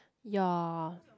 ya